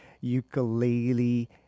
Ukulele